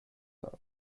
habe